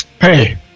Hey